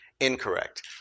incorrect